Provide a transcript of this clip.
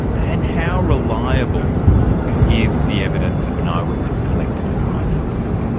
and how reliable is the evidence of an eye-witness collected at line-ups?